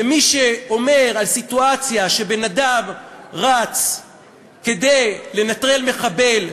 ומי שאומר על סיטואציה שבן-אדם רץ כדי לנטרל מחבל,